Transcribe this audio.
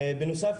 בנוסף,